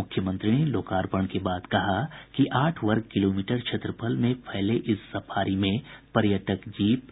मुख्यमंत्री ने लोकार्पण के बाद कहा कि आठ वर्ग किलोमीटर क्षेत्रफल में फैले इस सफारी में पर्यटक जिप